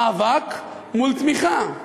מאבק מול תמיכה.